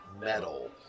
metal